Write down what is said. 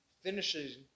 finishes